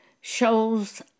shows